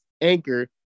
Anchor